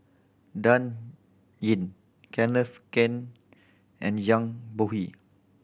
Dan Ying Kenneth Keng and Zhang Bohe